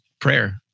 Prayer